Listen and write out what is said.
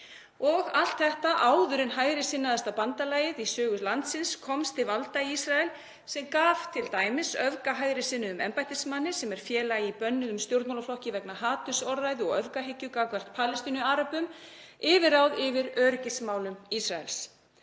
og allt þetta áður en hægri sinnaðasta bandalagið í sögu landsins komst til valda í Ísrael sem gaf t.d. öfgahægrisinnuðum embættismanni sem er félagi í bönnuðum stjórnmálaflokki vegna hatursorðræðu og öfgahyggju gagnvart Palestínuaröbum, yfirráð yfir öryggismálum Ísraels.